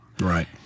Right